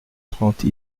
trente